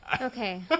Okay